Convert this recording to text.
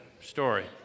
story